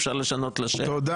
אפשר לשנות את השם שלה.